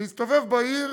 להסתובב בעיר,